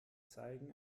zeigen